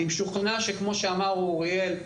כמו שאמר אוריאל,